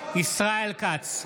ישראל כץ,